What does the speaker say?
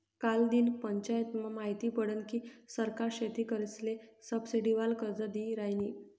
कालदिन पंचायतमा माहिती पडनं की सरकार शेतकरीसले सबसिडीवालं कर्ज दी रायनी